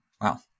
wow